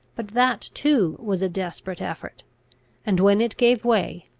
but that too was a desperate effort and when it gave way,